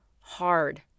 hard